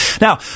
Now